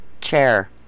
chair